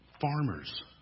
farmers